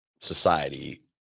society